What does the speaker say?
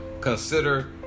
Consider